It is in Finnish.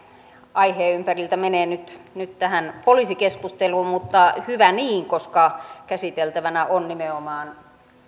aiheen ympäriltä menee nyt nyt tähän poliisikeskusteluun mutta hyvä niin koska käsiteltävänä on nimenomaan